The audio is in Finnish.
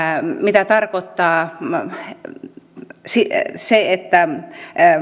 mitä tarkoittaa se että